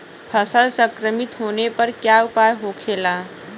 फसल संक्रमित होने पर क्या उपाय होखेला?